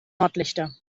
nordlichter